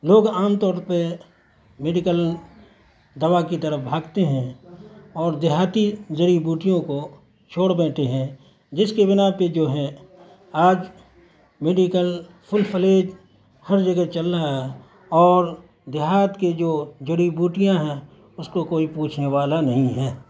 لوگ عام طور پہ میڈیکل دوا کی طرب بھاگتے ہیں اور دیہاتی جڑی بوٹیوں کو چھوڑ بیٹھے ہیں جس کے بنا پہ جو ہے آج میڈیکل فل فلیٹ ہر جگہ چل رہا ہے اور دیہات کی جو جڑی بوٹیاں ہیں اس کو کوئی پوچھنے والا نہیں ہے